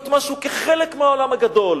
להיות משהו, כחלק מהעולם הגדול,